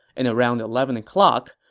and around eleven o'clock,